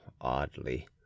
oddly